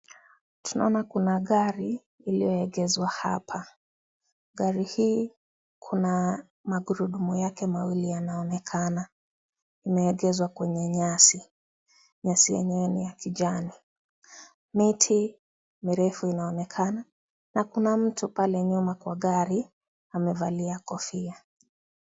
Tunaona kuna gari iliyoegezwa hapa. Gari hii kuna magurudumu yake mawili yanaonekana, imeegezwa kwenye nyasi. Nyasi yenyewe ni ya kijani. Miti mirefu inaonekana na kuna mtu pale nyuma kwa gari amevalia kofia